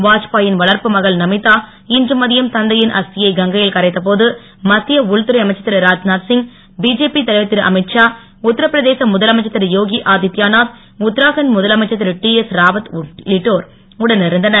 வாத்பாயின் வளர்ப்பு மகள் நமிதா இன்று மதியம் தந்தையின் அஸ்தியை கங்கையில் கரைத்த போது மத்திய உள்துறை அமைச்சர் இரு ராஜ்நாத் சிங் பிஜேபி தலைவர் திரு அமீத் ஷா உத்தரபிரதேச முதலமைச்சர் திரு யோகி ஆதித்யநாத் உத்தராகண்ட் முதலமைச்சர் திரு டிஎஸ் ராவத் ஆகியோர் உடன் இருந்தனர்